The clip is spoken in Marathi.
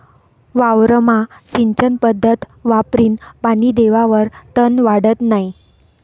वावरमा सिंचन पध्दत वापरीन पानी देवावर तन वाढत नै